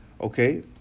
Okay